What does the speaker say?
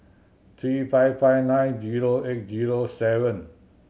three five five nine zero eight zero seven